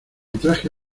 traje